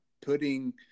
putting